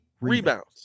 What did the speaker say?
rebounds